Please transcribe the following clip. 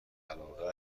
علاقه